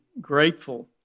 grateful